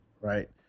Right